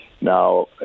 Now